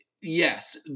yes